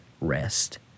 rest